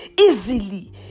easily